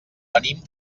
venim